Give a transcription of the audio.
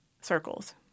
circles